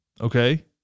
Okay